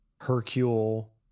Hercule